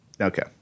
Okay